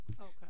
okay